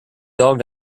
dog